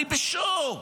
אני בשוק.